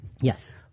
Yes